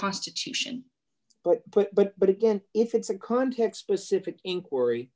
constitution but but but but again if it's a context specific inquiry